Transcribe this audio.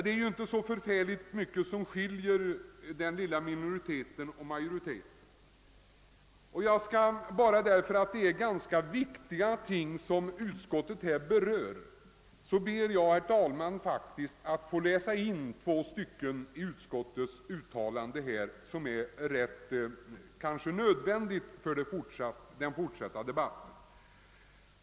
Det är inte så oerhört mycket som skiljer minoriteten från majoriteten på denna punkt, men eftersom frågan är ganska viktig ber jag, herr talman, att få läsa in två stycken ur utskottsutlåtandet till protokollet; det kan vara rätt nyttigt för den fortsatta debatten.